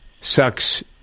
sucks